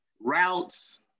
routes